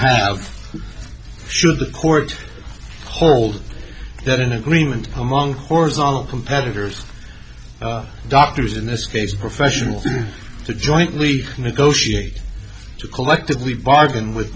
have should the court hold that an agreement among horizontal competitors doctors in this case professionals to jointly negotiate to collectively bargain with